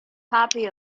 copy